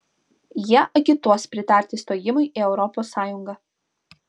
jie agituos pritarti stojimui į europos sąjungą